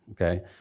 okay